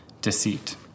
deceit